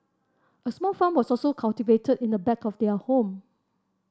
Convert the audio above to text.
a small farm was also cultivated in the back of their home